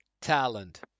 Talent